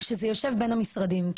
שזה יושב בין המשרדים,